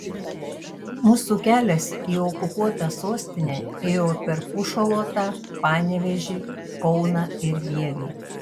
mūsų kelias į okupuotą sostinę ėjo per pušalotą panevėžį kauną ir vievį